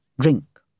drink